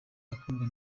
akundwa